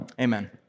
Amen